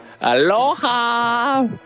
Aloha